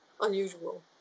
unusual